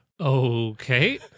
Okay